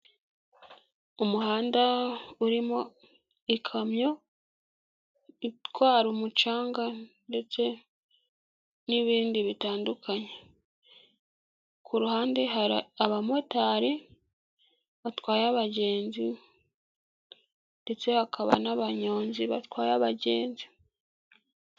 Umuhanda urimo ikamyo itwara umucanga ndetse n'ibindi bitandukanye, ku ruhande hari abamotari batwaye abagenzi ndetse hakaba n'abanyonzi batwaye abagenzi.